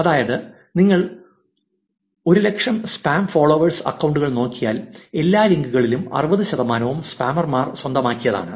അതായത് നിങ്ങൾ 100000 spam followers അക്കൌണ്ടുകൾ നോക്കിയാൽ എല്ലാ ലിങ്കുകളിലും 60 ശതമാനവും സ്പാമർമാർ സ്വന്തമാക്കിയതാണ്